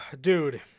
Dude